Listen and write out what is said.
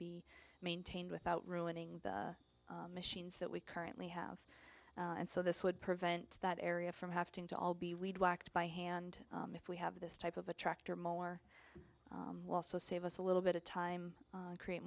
be maintained without ruining the machines that we currently have and so this would prevent that area from have to all be read whacked by hand if we have this type of a tractor more also save us a little bit of time create